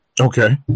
Okay